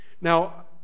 Now